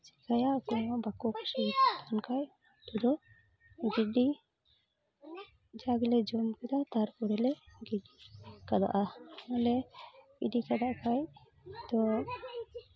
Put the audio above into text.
ᱪᱤᱠᱟᱭᱟ ᱚᱠᱚᱭ ᱦᱚᱸ ᱵᱟᱠᱚ ᱠᱩᱥᱤᱭᱟᱛᱤᱧ ᱠᱷᱟᱡ ᱩᱛᱩ ᱫᱚ ᱜᱤᱰᱤ ᱡᱟ ᱜᱮᱞᱮ ᱡᱚᱢ ᱠᱮᱫᱟ ᱛᱟᱨᱯᱚᱨᱮ ᱞᱮ ᱜᱤᱰᱤ ᱠᱟᱜᱼᱟ ᱟᱞᱮ ᱜᱤᱰᱤ ᱠᱟᱜ ᱠᱷᱟᱡ ᱛᱚ